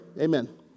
Amen